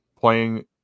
playing